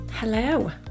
Hello